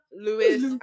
lewis